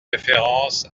référence